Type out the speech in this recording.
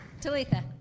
Talitha